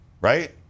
right